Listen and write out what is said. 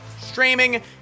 streaming